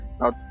Now